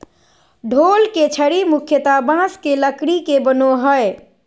ढोल के छड़ी मुख्यतः बाँस के लकड़ी के बनो हइ